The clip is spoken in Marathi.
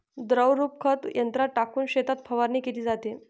द्रवरूप खत यंत्रात टाकून शेतात फवारणी केली जाते